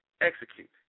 execute